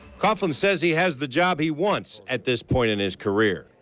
coughlin says he has the job he wants at this point in his career.